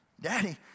Daddy